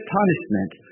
punishment